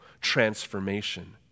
transformation